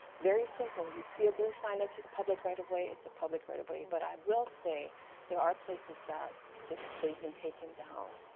very simple, you see a blue sign that says public right of way. it's a public right of way. but i will say there are places that they've been taken down.